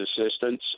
assistance